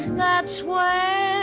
that's where